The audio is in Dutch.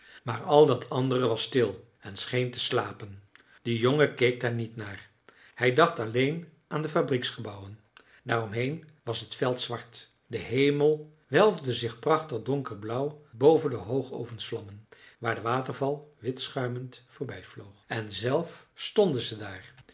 maar al dat andere was stil en scheen te slapen de jongen keek daar niet naar hij dacht alleen aan de fabrieksgebouwen daaromheen was het veld zwart de hemel welfde zich prachtig donkerblauw boven de hoogovensvlammen waar de waterval wit schuimend voorbij vloog en zelf stonden ze daar